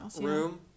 room